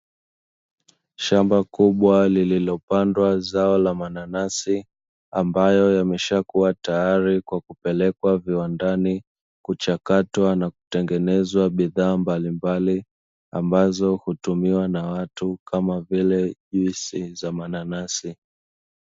Shamba kubwa lililopandwa zao la mananasi ambayo yameshakua tayari kwa kupelekwa viwandani kuchakatwa na kutengenezwa bidhaa mbalimbali, ambazo hutumiwa na watu kama vile juisi za mananasi.